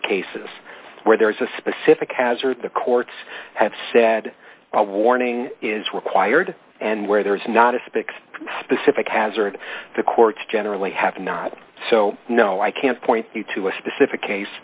cases where there is a specific hazard the courts have said a warning is required and where there is not a spics specific hazard the courts generally have not so no i can't point you to a specific case